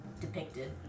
depicted